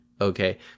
okay